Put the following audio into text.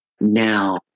Now